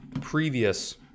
previous